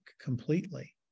completely